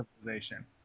civilization